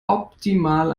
optimal